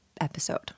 episode